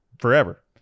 forever